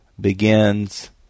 begins